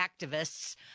activists